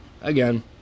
Again